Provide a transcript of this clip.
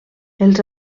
els